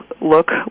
look